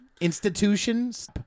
Institutions